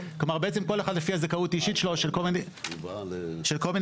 בעצם כל אחד לפי הזכאות האישית שלו של כל מיני קריטריונים.